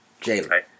Jalen